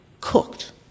cooked